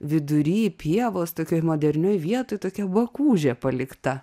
vidury pievos tokioj modernioj vietoj tokia bakūžė palikta